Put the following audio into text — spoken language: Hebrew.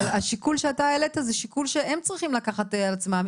אבל השיקול שאתה הצעת זה שיקול שהם צריכים לקחת על עצמם.